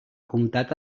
comtat